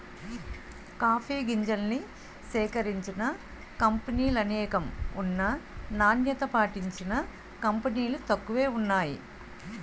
coffee గింజల్ని సేకరించిన కంపినీలనేకం ఉన్నా నాణ్యత పాటించిన కంపినీలు తక్కువే వున్నాయి